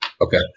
Okay